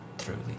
truly